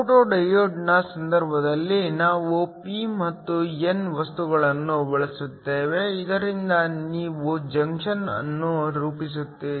photo ಡಯೋಡ್ನ ಸಂದರ್ಭದಲ್ಲಿ ನಾವು p ಮತ್ತು n ವಸ್ತುಗಳನ್ನು ಬಳಸುತ್ತೇವೆ ಇದರಿಂದ ನೀವು ಜಂಕ್ಷನ್ ಅನ್ನು ರೂಪಿಸುತ್ತೀರಿ